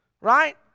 Right